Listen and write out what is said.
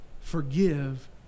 Forgive